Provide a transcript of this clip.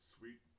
Sweet